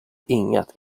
inget